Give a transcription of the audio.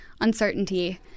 Uncertainty